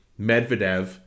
Medvedev